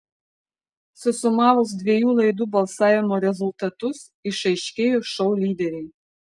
susumavus dviejų laidų balsavimo rezultatus išaiškėjo šou lyderiai